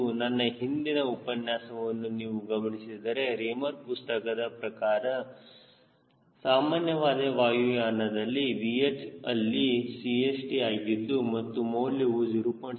ಮತ್ತು ನನ್ನ ಹಿಂದಿನ ಉಪನ್ಯಾಸವನ್ನು ನೀವು ಗಮನಿಸಿದರೆ ರೇಮರ್ ಪುಸ್ತಕದ ಪ್ರಕಾರ ಸಾಮಾನ್ಯವಾದ ವಾಯುಯಾನ ದಲ್ಲಿ VH ಅಲ್ಲಿ CHT ಆಗಿದ್ದು ಅದರ ಮೌಲ್ಯವು 0